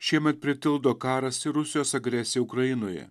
šiemet pritildo karas ir rusijos agresija ukrainoje